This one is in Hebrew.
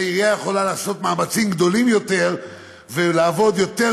העירייה יכולה לעשות מאמצים גדולים יותר ולעבוד יותר